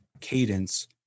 cadence